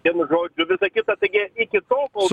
vienu žodžiu visa kita taigi iki tol kol